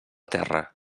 terra